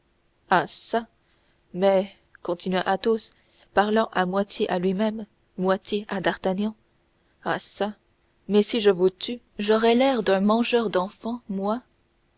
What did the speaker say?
ah çà mais continua athos parlant moitié à lui-même moitié à d'artagnan ah çà mais si je vous tue j'aurai l'air d'un mangeur d'enfants moi